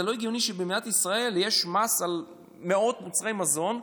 זה לא הגיוני שבמדינת ישראל יש מס על מאות מוצרי מזון,